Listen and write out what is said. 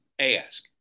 ask